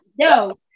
No